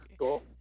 cool